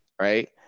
right